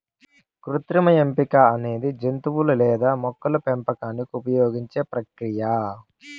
కృత్రిమ ఎంపిక అనేది జంతువులు లేదా మొక్కల పెంపకానికి ఉపయోగించే ప్రక్రియ